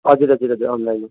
हजुर हजुर हजुर अनलाइनै